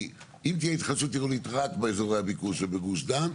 כי אם תהיה התחדשות עירונית רק באזורי הביקוש ובגוש דן,